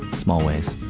small ways